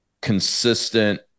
consistent